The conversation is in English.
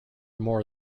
more